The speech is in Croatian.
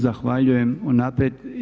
Zahvaljujem unaprijed.